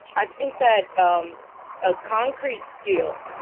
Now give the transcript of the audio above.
i think that um a concrete skill.